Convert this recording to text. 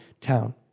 town